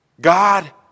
God